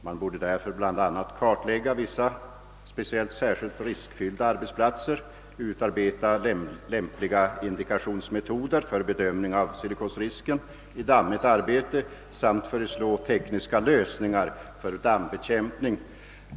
Vi ansåg att man borde kartlägga vilka arbetsplatser som är speciellt riskfyllda i detta avseende och utarbeta lämpliga indikationsmetoder för bedömning av silikosrisken vid dammigt arbete samt föreslå tekniska lösningar för dammbekämpningen.